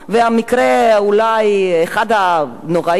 והמקרה אולי אחד הנוראים,